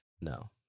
No